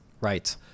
right